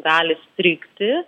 gali strigti